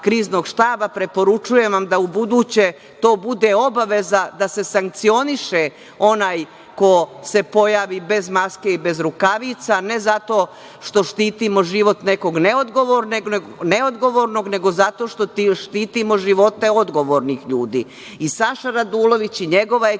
Kriznog štaba, preporučujem vam da ubuduće to bude obaveza da se sankcioniše onaj ko se pojavi bez maske i bez rukavica ne zato što štitimo život nekog neodgovornog, nego zato što štitimo živote odgovornih ljudi. Saša Radulović i njegova ekipa